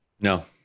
No